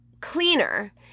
cleaner